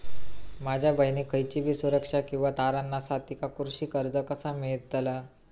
माझ्या बहिणीक खयचीबी सुरक्षा किंवा तारण नसा तिका कृषी कर्ज कसा मेळतल?